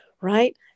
right